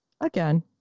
Again